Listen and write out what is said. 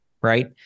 right